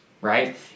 right